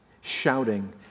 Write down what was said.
shouting